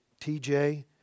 tj